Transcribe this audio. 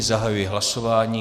Zahajuji hlasování.